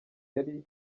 yari